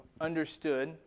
understood